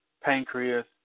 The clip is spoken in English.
pancreas